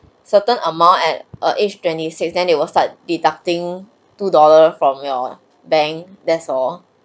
certain amount at a aged twenty six then it will start deducting two dollar from your bank that's all